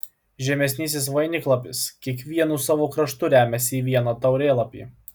žemesnysis vainiklapis kiekvienu savo kraštu remiasi į vieną taurėlapį